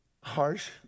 Harsh